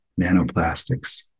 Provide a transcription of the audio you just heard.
nanoplastics